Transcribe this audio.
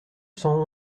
cent